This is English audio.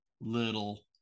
little